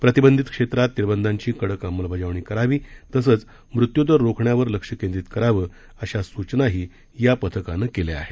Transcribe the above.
प्रतिबंधित क्षेत्रात निर्बंधांची कडक अंमलबजावणी करावी तसंच मृत्यूदर रोखण्यावर लक्ष केंद्रीत करावं अशा सूचनाही या पथकानं केल्या आहेत